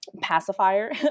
pacifier